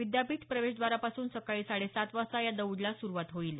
विद्यापीठ प्रवेशद्वारापासून सकाळी साडे सात वाजता या दौडला सुरुवात होईल